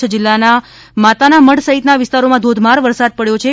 કચ્છ જિલ્લાના માતાના મઢ સહિતના વિસ્તારોમાં ધોધમાર વરસાદ વરસ્યો છે